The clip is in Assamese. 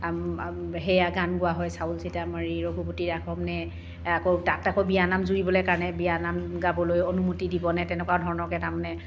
সেয়া গান গোৱা হয় চাউল চিটা মাৰি ৰঘুপতি ৰাঘৱ নে আকৌ তাত আকৌ বিয়ানাম জোৰিবলৈ কাৰণে বিয়ানাম গাবলৈ অনুমতি দিবনে তেনেকুৱা ধৰণৰকৈ তাৰমানে